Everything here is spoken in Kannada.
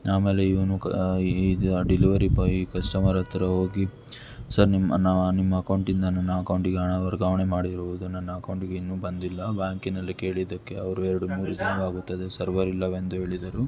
ಅಮೇಲೆ ಇವನು ಕ ಇದು ಆ ಡಿಲವರಿ ಬಾಯಿ ಕಸ್ಟಮರ್ ಹತ್ತಿರ ಹೋಗಿ ಸರ್ ನಿಮ್ಮ ನಾ ನಿಮ್ಮ ಅಕೌಂಟಿಂದ ನನ್ನ ಅಕೌಂಟಿಗೆ ಹಣ ವರ್ಗಾವಣೆ ಮಾಡಿರುವುದು ನನ್ನ ಅಕೌಂಟಿಗೆ ಇನ್ನೂ ಬಂದಿಲ್ಲ ಬ್ಯಾಂಕಿನಲ್ಲಿ ಕೇಳಿದಕ್ಕೆ ಅವರು ಎರಡು ಮೂರು ದಿನವಾಗುತ್ತದೆ ಸರ್ವರ್ ಇಲ್ಲವೆಂದು ಹೇಳಿದರು